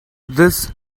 this